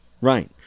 Right